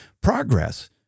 progress